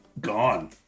gone